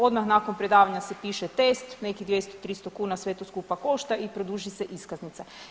Odmah nakon predavanja se piše test, nekih 200, 300 kuna sve to skupa košta i produži se iskaznica.